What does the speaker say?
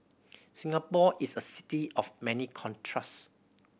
Singapore is a city of many contrast